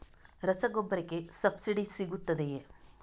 ರಸಗೊಬ್ಬರಕ್ಕೆ ಸಬ್ಸಿಡಿ ಸಿಗುತ್ತದೆಯೇ?